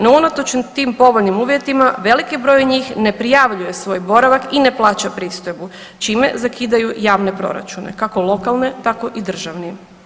No, unatoč tim povoljnim uvjetima veliki broj njih ne prijavljuje svoj boravak i ne plaća pristojbu čime zakidaju javne proračune kako lokalne tako i državni.